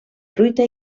fruita